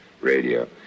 radio